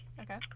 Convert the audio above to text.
Okay